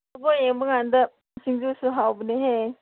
football ꯌꯦꯡꯕ ꯀꯥꯟꯗ ꯁꯤꯡꯖꯨꯁꯨ ꯍꯥꯎꯕꯅꯤꯍꯦ